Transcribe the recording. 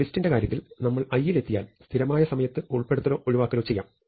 ഒരു ലിസ്റ്റിന്റെ കാര്യത്തിൽ നമ്മൾ i യിൽ എത്തിയാൽ സ്ഥിരമായ സമയത്ത് ഉൾപ്പെടുത്തലോ ഒഴിവാക്കാലോ ചെയ്യാം